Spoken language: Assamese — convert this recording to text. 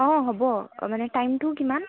অঁ হ'ব মানে টাইমটো কিমান